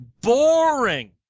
boring